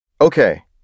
Okay